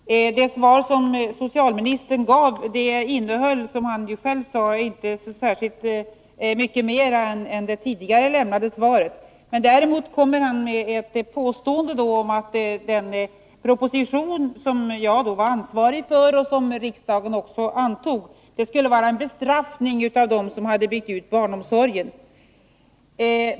Herr talman! Det kompletterande svar som socialministern gav innehöll, som han själv sade, inte så särskilt mycket mera än det tidigare lämnade svaret. Däremot kommer han med ett påstående om att den proposition som jag var ansvarig för och som riksdagen antog skulle innebära en bestraffning av dem som hade byggt ut barnomsorgen.